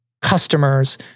customers